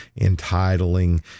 entitling